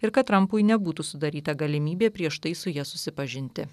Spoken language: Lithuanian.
ir kad trampui nebūtų sudaryta galimybė prieš tai su ja susipažinti